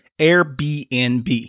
Airbnb